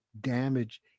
damage